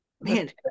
man